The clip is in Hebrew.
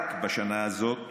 רק בשנה הזו,